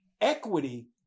Equity